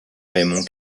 raymond